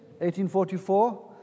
1844